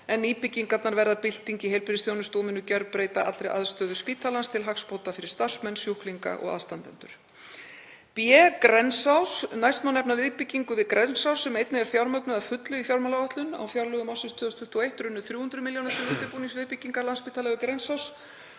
en nýbyggingarnar verða bylting í heilbrigðisþjónustu og munu gjörbreyta allri aðstöðu spítalans til hagsbóta fyrir starfsmenn, sjúklinga og aðstandendur b. Grensás: Næst má nefna viðbyggingu við Grensás sem einnig er fjármögnuð að fullu í fjármálaáætlun. Á fjárlögum ársins 2021 runnu 300 milljónir til undirbúnings viðbyggingar Landspítala við Grensás